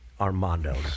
armando's